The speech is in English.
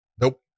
Nope